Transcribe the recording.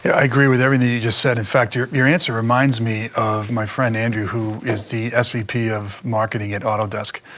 i agree with everything you just said. in fact, your your answer reminds me of my friend andrew who is the svp of marketing at autodesk.